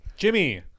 Jimmy